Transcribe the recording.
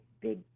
big